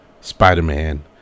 Spider-Man